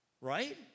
right